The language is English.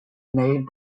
made